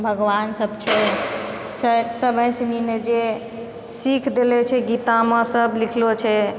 भगवान सब छै सब जे सीख देले छै गीतामे सब लिखलो छै